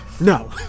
No